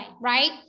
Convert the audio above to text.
right